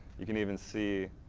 you can even see,